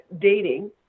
dating